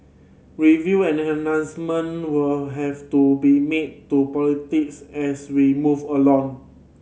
review and enhancement will have to be made to politics as we move along